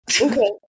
Okay